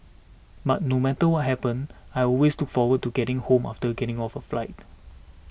but no matter what happen I always took forward to getting home after getting off a flight